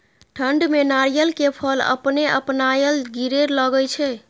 ठंड में नारियल के फल अपने अपनायल गिरे लगए छे?